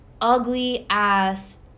ugly-ass